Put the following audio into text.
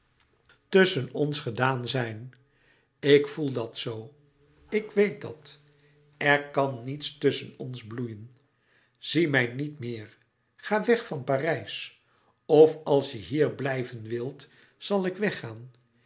tusschen ons gedaan zijn ik voel dat zoo ik weet dat er kan niets tusschen ons bloeien zie mij niet meer ga weg van parijs of als je hier blijven wilt zal ik weggaan